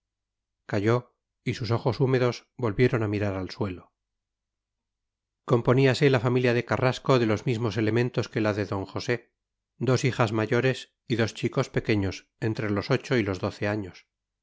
calló y sus ojos húmedos volvieron a mirar al suelo componíase la familia de carrasco de los mismos elementos que la de d josé dos hijas mayores y dos chicos pequeños entre los ocho y los doce años